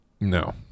No